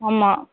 ஆமாம்